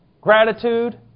gratitude